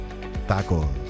Tacos